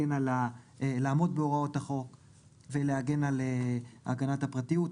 לעמוד בהוראות החוק ולעמוד על הגנת הפרטיות,